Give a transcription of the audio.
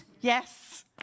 Yes